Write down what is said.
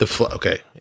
Okay